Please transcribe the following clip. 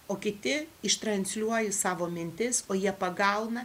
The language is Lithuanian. o kiti ištransliuoji savo mintis o jie pagauna